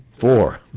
Four